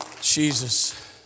Jesus